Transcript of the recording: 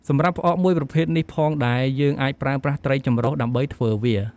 សម្រាប់់ផ្អកមួយប្រភេទនេះផងដែរ យើងអាចប្រើប្រាស់ត្រីចម្រុះដើម្បីធ្វើវា។